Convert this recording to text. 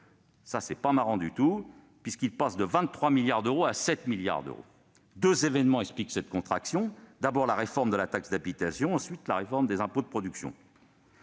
programme s'effondrent, puisqu'ils passent de 23 milliards d'euros à 7 milliards d'euros. Deux événements expliquent cette contraction. D'abord, la réforme de la taxe d'habitation et, ensuite, la réforme des impôts de production.